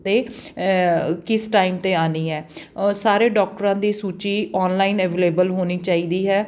ਅਤੇ ਕਿਸ ਟਾਈਮ 'ਤੇ ਆਉਣੀ ਹੈ ਔਰ ਸਾਰੇ ਡੋਕਟਰਾਂ ਦੀ ਸੂਚੀ ਔਨਲਾਈਨ ਅਵੇਲੇਬਲ ਹੋਣੀ ਚਾਹੀਦੀ ਹੈ